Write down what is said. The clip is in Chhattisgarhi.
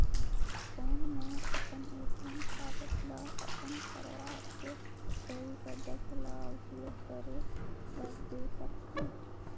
कौन मैं अपन ए.टी.एम कारड ल अपन परवार के कोई सदस्य ल उपयोग करे बर दे सकथव?